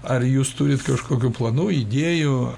ar jūs turit kažkokių planų idėjų